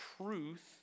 truth